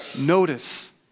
notice